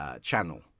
channel